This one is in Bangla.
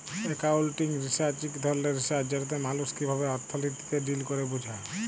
একাউলটিং রিসার্চ ইক ধরলের রিসার্চ যেটতে মালুস কিভাবে অথ্থলিতিতে ডিল ক্যরে বুঝা